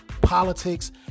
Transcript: politics